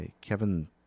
Kevin